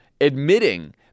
admitting